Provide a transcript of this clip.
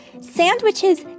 Sandwiches